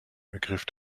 ergriff